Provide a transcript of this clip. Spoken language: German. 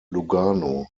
lugano